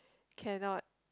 cannot